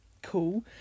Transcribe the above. Cool